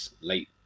late